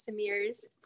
Samir's